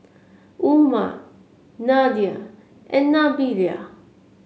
Umar Nadia and Nabila